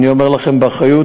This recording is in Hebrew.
אני אומר לכם באחריות,